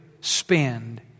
spend